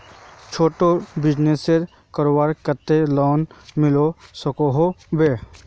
छोटो बिजनेस करवार केते लोन मिलवा सकोहो होबे?